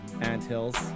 anthills